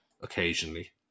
occasionally